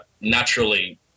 naturally